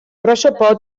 πρόσωπο